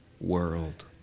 world